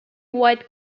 wide